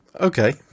Okay